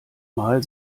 mal